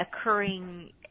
occurring